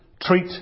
treat